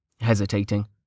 hesitating